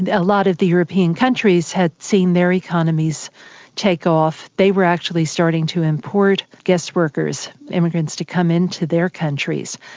ah lot of the european countries had seen their economies take off. they were actually starting to import guest workers, immigrants to come in to their countries.